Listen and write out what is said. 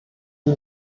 die